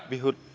বিহুত